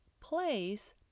place